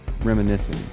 reminiscing